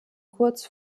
kurz